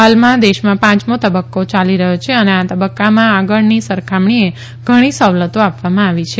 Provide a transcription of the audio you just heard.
હાલમાં દેશમાં પાંચમો તબકકો ચાલી રહથો છે અને આ તબકકામાં આગળની સરખામણીએ ઘણી સવલતો આપવામાં આવી છે